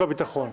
בוקר טוב,